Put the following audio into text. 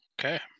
Okay